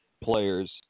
players –